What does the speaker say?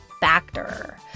Factor